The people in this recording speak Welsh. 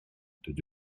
dydw